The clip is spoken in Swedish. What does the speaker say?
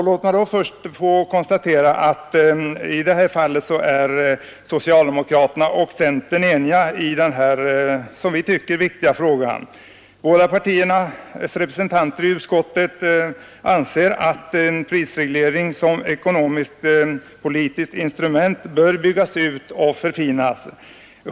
Låt mig först konstatera att socialdemokraterna och centern är eniga i denna som vi tycker viktiga fråga. Båda partiernas representanter i utskottet anser att prisregleringen som ekonomiskt politiskt instrument bör byggas ut och förfinas.